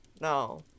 No